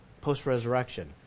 post-resurrection